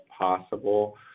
possible